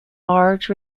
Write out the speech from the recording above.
large